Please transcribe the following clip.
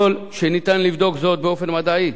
יכול שניתן לבדוק זאת באופן מדעי,